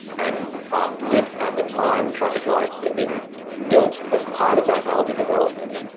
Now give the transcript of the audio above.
and if, at the time, traffic lights had been built as part of that aldi development,